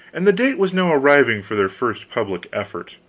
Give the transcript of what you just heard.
and the date was now arriving for their first public effort.